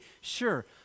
sure